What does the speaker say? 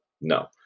no